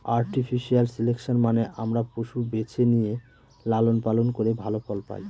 artificial selection মানে আমরা পশু বেছে নিয়ে লালন পালন করে ভালো ফল পায়